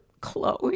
Chloe